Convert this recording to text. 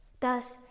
Thus